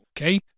okay